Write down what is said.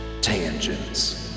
Tangents